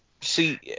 See